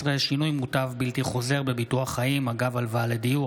13) (שינוי מוטב בלתי חוזר בביטוח חיים אגב הלוואה לדיור),